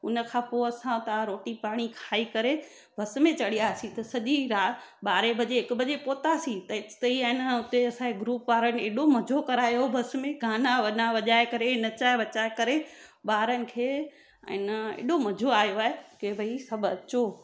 उन खां पोइ असां उता रोटी पाणी खाई करे बस में चढ़ियासीं त सॼी राति ॿारहं वजे हिकु वजे पहुचासीं तेसि ताईं ऐं न हुते असांखे ग्रुप वारनि अहिड़ो मज़ो करायो बस में गाना वाना वॼाए करे नचाए वचाए करे ॿारनि खे ऐं न अहिड़ो मज़ो आयो आहे की भई सभु अचो